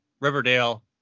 Riverdale